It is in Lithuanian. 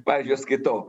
pavyzdžiui aš skaitau